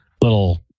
little